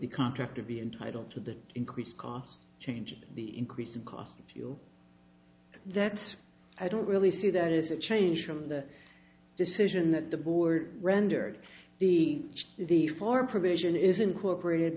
the contractor be entitled to the increased cost changing the increased cost if you that's i don't really see that as a change from the decision that the board rendered the the four provision is incorporated